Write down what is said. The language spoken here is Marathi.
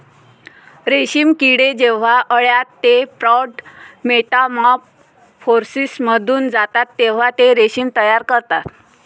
रेशीम किडे जेव्हा अळ्या ते प्रौढ मेटामॉर्फोसिसमधून जातात तेव्हा ते रेशीम तयार करतात